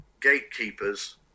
gatekeepers